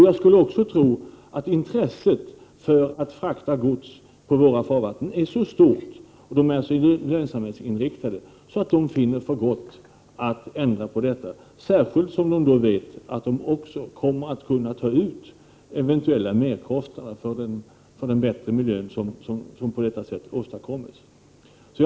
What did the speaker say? Jag skulle också tro att redarnas intresse av att frakta gods på våra farvatten är så stort och att de är så lönsamhetsinriktade att de finner för gott att ändra på detta, särskilt som de vet att de också kommer att kunna ta ut eventuella merkostnader för den bättre miljö som på detta sätt åstadkommes.